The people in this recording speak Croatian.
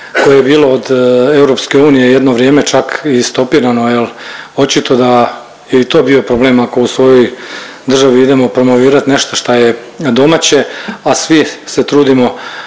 koje je bilo od EU jedno vrijeme čak i stopirano jel očito da i to je bio problem ako u svojoj državi idemo promovirat nešto šta je domaće, a svi se trudimo